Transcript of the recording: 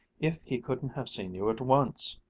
if he couldn't have seen you at once!